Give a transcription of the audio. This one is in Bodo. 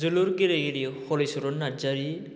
जोलुर गेलेगिरि हलिचरन नारजारि